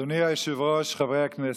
אדוני היושב-ראש, חברי הכנסת,